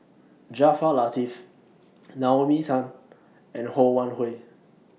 Jaafar Latiff Naomi Tan and Ho Wan Hui